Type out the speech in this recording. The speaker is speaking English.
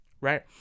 right